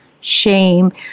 shame